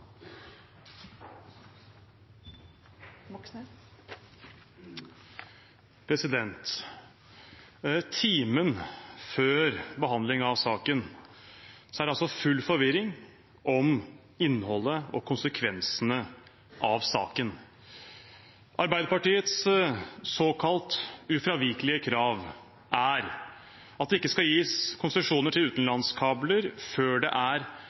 Timen før behandlingen av saken er det full forvirring om innholdet i og konsekvensene av saken. Arbeiderpartiets såkalte ufravikelige krav er at det ikke skal gis konsesjoner til utenlandskabler før det er